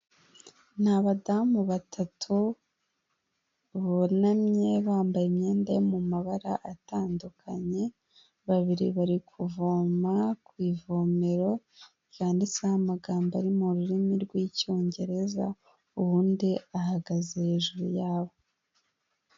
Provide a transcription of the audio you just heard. Ni abadamu batatu bunamye bambaye imyenda yo mu mabara atandukanye, babiri bari kuvoma ku ivomero ryanditseho amagambo ari mu rurimi rww'icyongereza uwundi ahagaze hejuru yabo.